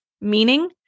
meaning